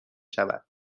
شود